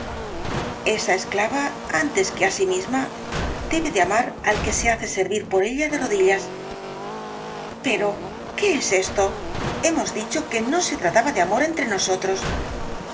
esa esclava antes que á sí misma debe de amar al que se hace servir por ella de rodillas pero qué es esto hemos dicho que no se trataba de amor entre nosotros